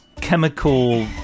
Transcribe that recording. chemical